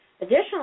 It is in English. Additionally